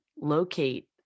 locate